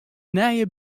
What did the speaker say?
nije